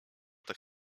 tak